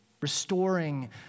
restoring